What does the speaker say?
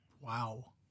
wow